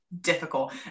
difficult